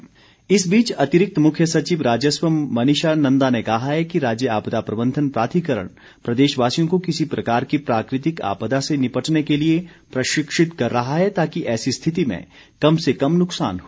मनीषा नंदा इस बीच अतिरिक्त मुख्य सचिव राजस्व मनीषा नंदा ने कहा है कि राज्य आपदा प्रबंधन प्राधिकरण प्रदेशवासियों को किसी प्रकार की प्राकृतिक आपदा से निपटने के लिए प्रशिक्षित कर रहा है ताकि ऐसी स्थिति में कम से कम नुकसान हो